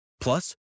Plus